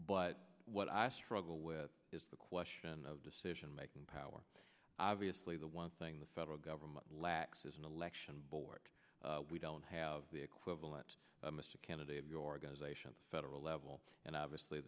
but what i struggle with is the question of decision making power obviously the one thing the federal government lacks is an election board we don't have the equivalent of mr candidate your organization the federal level and obviously